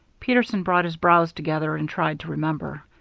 peterson brought his brows together and tried to remember.